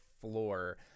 floor